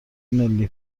ملی